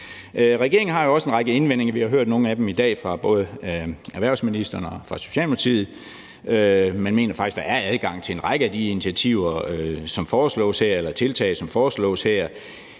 Regeringen har jo også en række indvendinger; vi har hørt nogle af dem i dag fra både erhvervsministeren og fra Socialdemokratiets ordfører. Man mener faktisk, at der er adgang til en række af de initiativer eller tiltag, som foreslås her,